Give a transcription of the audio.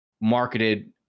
marketed